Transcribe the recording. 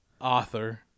author